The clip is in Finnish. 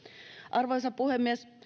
arvoisa puhemies